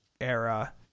era